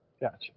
Gotcha